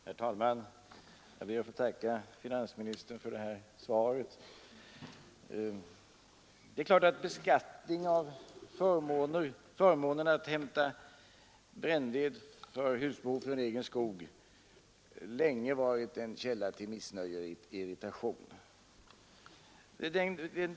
Herr talman! Jag ber att få tacka finansministern för svaret. Beskattningen av förmånen att hämta brännved för husbehov från egen skog har länge varit en källa till missnöje och irritation.